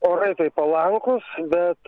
orai tai palankūs bet